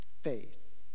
Faith